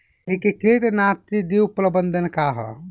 एकीकृत नाशी जीव प्रबंधन का ह?